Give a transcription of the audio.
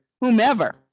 whomever